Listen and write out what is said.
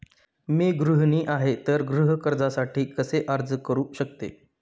मी गृहिणी आहे तर गृह कर्जासाठी कसे अर्ज करू शकते?